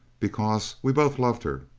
because we both loved her,